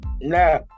Now